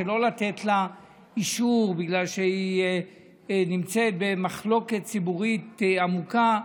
לא לתת לה אישור בגלל שהיא נמצאת במחלוקת ציבורית עמוקה,